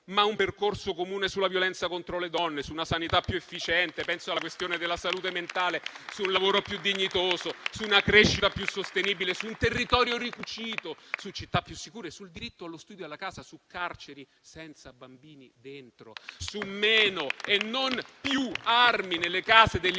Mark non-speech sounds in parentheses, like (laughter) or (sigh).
ma un percorso comune sulla violenza contro le donne, su una sanità più efficiente, (applause) sulla questione della salute mentale, sul lavoro più dignitoso, su una crescita più sostenibile, su un territorio ricucito, su città più sicure, sul diritto allo studio e alla casa, su carceri senza bambini dentro, (applause) su meno e non più armi nelle case degli